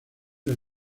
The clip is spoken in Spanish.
las